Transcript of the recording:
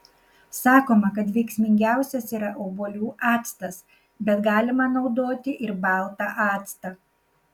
sakoma kad veiksmingiausias yra obuolių actas bet galima naudoti ir baltą actą